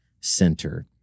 center